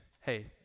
Hey